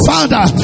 Father